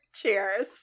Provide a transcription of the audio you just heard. Cheers